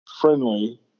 friendly